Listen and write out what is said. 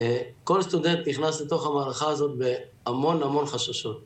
כל סטודנט נכנס לתוך המערכה הזאת בהמון המון חששות.